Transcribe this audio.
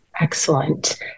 Excellent